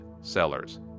Sellers